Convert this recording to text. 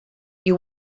you